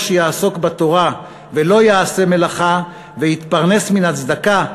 שיעסוק בתורה ולא יעשה מלאכה ויתפרנס מן הצדקה,